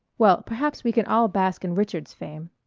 well, perhaps we can all bask in richard's fame.